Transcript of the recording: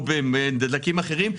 או בדלקים אחרים,